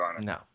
No